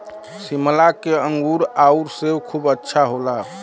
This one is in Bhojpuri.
शिमला के अंगूर आउर सेब खूब अच्छा होला